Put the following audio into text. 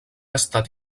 estat